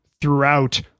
throughout